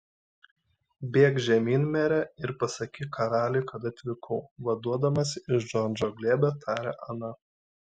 bėk žemyn mere ir pasakyk karaliui kad atvykau vaduodamasi iš džordžo glėbio tarė ana